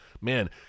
man